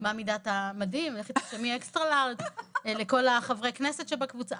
מה מידת המדים ולכי תרשמי אקסטרה לארג' לכל חברי הכנסת שבקבוצה.